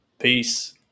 Peace